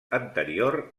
anterior